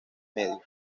medio